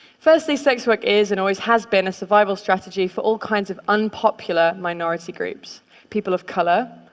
firstly, sex work is and always has been a survival strategy for all kinds of unpopular minority groups people of color,